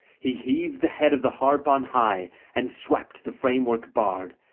he heaved the head of the harp on high and swept the framework barred,